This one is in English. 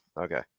Okay